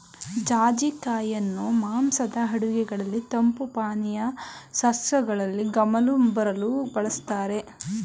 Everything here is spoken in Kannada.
ಜಾಜಿ ಕಾಯಿಯನ್ನು ಮಾಂಸದ ಅಡುಗೆಗಳಲ್ಲಿ, ತಂಪು ಪಾನೀಯ, ಸಾಸ್ಗಳಲ್ಲಿ ಗಮಲು ಬರಲು ಬಳ್ಸತ್ತರೆ